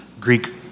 Greek